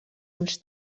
uns